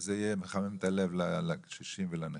זה יהיה מחמם את הלב לקשישים ולנכים.